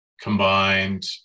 combined